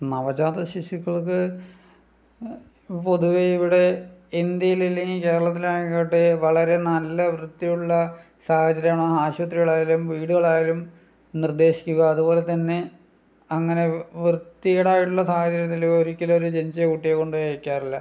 നവജാതശിശുക്കൾക്ക് പൊതുവെ ഇവിടെ ഇന്ത്യയിൽ ഇല്ലെങ്കിൽ കേരളത്തിലായിക്കോട്ടെ വളരെ നല്ല വൃത്തിയുള്ള സാഹചര്യമാണ് ആശുപത്രികൾ ആയാലും വീടുകൾ ആയാലും നിർദ്ദേശിക്കുക അതുപോലെ തന്നെ അങ്ങനെ വൃത്തികേടായിട്ടുള്ള സാഹചര്യത്തിൽ ഒരിക്കലും ഒരു ജനിച്ച കുട്ടിയെ കൊണ്ടുപോയി വയ്ക്കാറില്ല